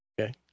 Okay